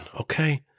okay